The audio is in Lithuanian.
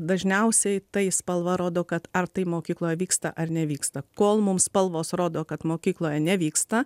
dažniausiai tai spalva rodo kad ar tai mokykloj vyksta ar nevyksta kol mums spalvos rodo kad mokykloje nevyksta